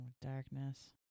Darkness